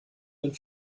den